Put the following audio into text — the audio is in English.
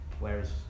Whereas